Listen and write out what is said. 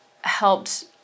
helped